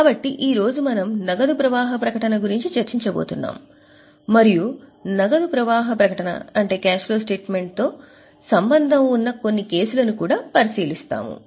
కాబట్టి ఈ రోజు మనం నగదు ప్రవాహ ప్రకటన గురించి చర్చించబోతున్నాము మరియు నగదు ప్రవాహ ప్రకటనతో సంబంధం ఉన్న కొన్ని కేసులను కూడా పరిశీలిస్తాము